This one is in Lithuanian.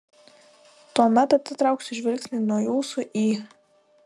tuomet atitrauksiu žvilgsnį nuo jūsų į